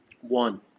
One